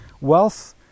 Wealth